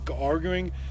arguing